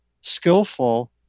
skillful